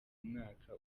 mwaka